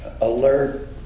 alert